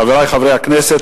חברי חברי הכנסת,